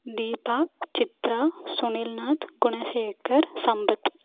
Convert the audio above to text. Deepa Chitra Sunil Nath Gunasekar Sampath